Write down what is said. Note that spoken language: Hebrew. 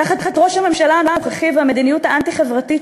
תחת ראש הממשלה הנוכחי והמדיניות האנטי-חברתית